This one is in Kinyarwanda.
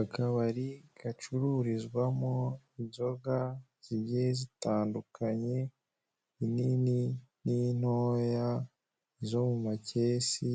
Akabari gacururizwamo inzoga zigiye zitandukanye, inini n'intoya, zo mu amakesi,